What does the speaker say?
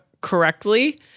correctly